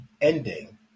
ending